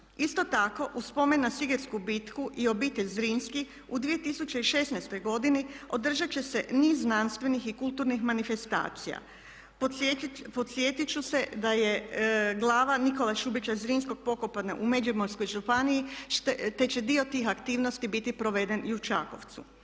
Isto tako u spomen na Sigetsku bitku i obitelj Zrinski u 2016. godini održat će se niz znanstvenih i kulturnih manifestacija. Podsjetit ću se da je glava Nikole Šubića Zrinskog pokopana u Međimurskoj županiji, te će dio tih aktivnosti biti proveden i u Čakovcu.